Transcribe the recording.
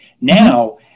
Now